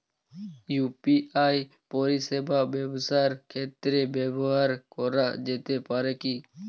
UPI পরিষেবা ব্যবসার ক্ষেত্রে ব্যবহার করা যেতে পারে কি?